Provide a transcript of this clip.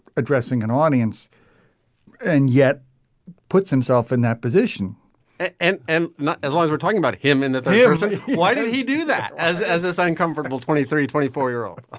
addressing an audience and yet puts himself in that position and and and as long as we're talking about him in that they um say why did he do that. as as this uncomfortable twenty three twenty four year old.